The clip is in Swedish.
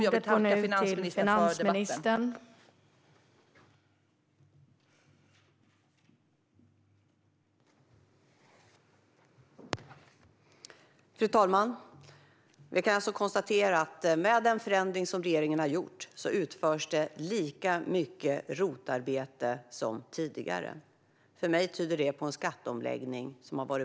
Jag tackar finansministern för debatten.